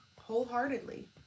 wholeheartedly